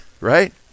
right